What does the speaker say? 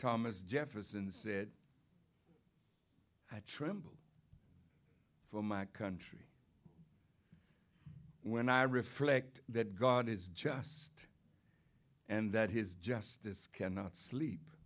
thomas jefferson said i tremble for my country when i reflect that god is just and that his justice cannot sleep